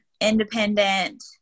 independent